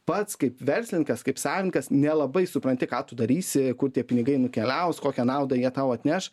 pats kaip verslininkas kaip savininkas nelabai supranti ką tu darysi kur tie pinigai nukeliaus kokią naudą jie tau atneš